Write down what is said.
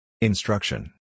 Instruction